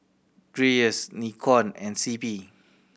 Dreyers Nikon and C P